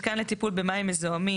מתקן לטיפול במים מזוהמים.